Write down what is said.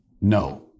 No